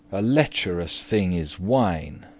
a lecherous thing is wine,